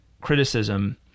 criticism